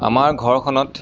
আমাৰ ঘৰখনত